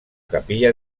capilla